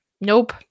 Nope